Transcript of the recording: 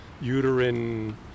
uterine